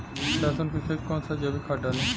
लहसुन के खेत कौन सा जैविक खाद डाली?